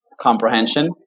comprehension